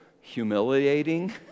humiliating